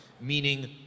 meaning